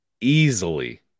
easily